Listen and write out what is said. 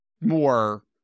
more